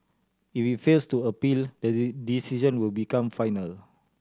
if it fails to appeal the decision will become final